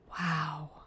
wow